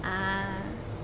ah